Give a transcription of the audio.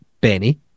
Benny